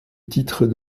titres